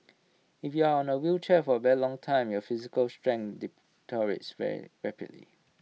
if you are on A wheelchair for A very long time your physical strength deteriorates very rapidly